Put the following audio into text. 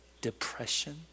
Depression